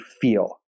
feel